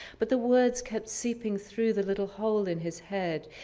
but the words kept seeping through the little hole in his head.